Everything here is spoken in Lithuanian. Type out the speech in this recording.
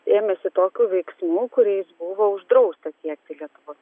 ėmėsi tokių veiksmų kuriais buvo uždrausta tiekti lietuvos